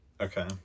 Okay